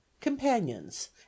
companions